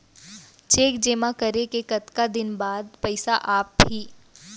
Cheque जेमा करे के कतका दिन बाद पइसा आप ही?